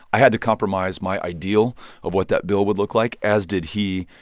i had to compromise my ideal of what that bill would look like, as did he,